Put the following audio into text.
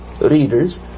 readers